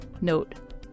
Note